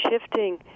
shifting